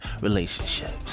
relationships